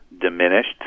diminished